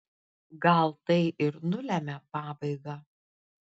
gal tai ir nulemia pabaigą